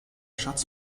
schatz